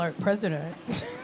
president